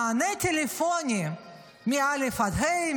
מענה טלפוני מ א' עד ה',